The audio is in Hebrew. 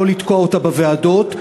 לא לתקוע אותה בוועדות.